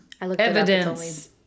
evidence